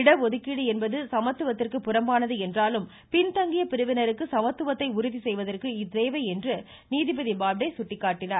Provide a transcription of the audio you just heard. இடஒதுக்கீடு என்பது சமத்துவத்திற்கு புறம்பானது என்றாலும் பின்தங்கிய பிரிவினருக்கு சமத்துவத்தை உறுதிசெய்வதற்கு இது தேவை என்று நீதிபதி பாப்டே சுட்டிக்காட்டினார்